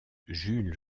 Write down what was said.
jules